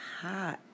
hot